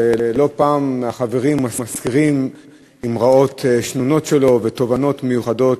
ולא פעם החברים מזכירים אמרות שנונות שלו ותובנות מיוחדות,